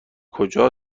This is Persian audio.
کجا